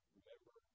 remember